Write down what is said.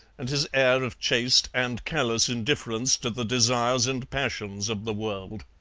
and his air of chaste and callous indifference to the desires and passions of the world.